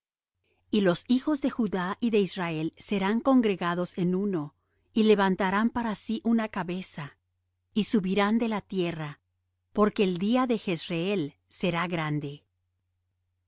y los hijos de judá y de israel serán congregados en uno y levantarán para sí una cabeza y subirán de la tierra porque el día de jezreel será grande